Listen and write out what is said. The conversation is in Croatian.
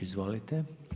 Izvolite.